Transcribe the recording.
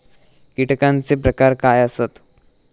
कीटकांचे प्रकार काय आसत?